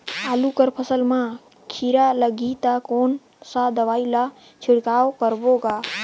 आलू कर फसल मा कीरा लगही ता कौन सा दवाई ला छिड़काव करबो गा?